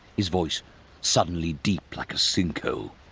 his voice suddenly deep, like a sinkhole.